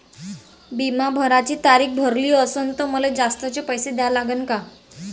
बिमा भराची तारीख भरली असनं त मले जास्तचे पैसे द्या लागन का?